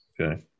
okay